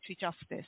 Justice